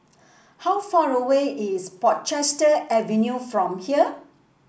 how far away is Portchester Avenue from here